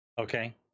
Okay